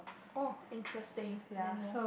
oh interesting I didn't know